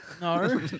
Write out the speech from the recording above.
No